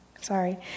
Sorry